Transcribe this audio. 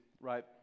right